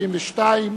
172),